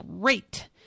Great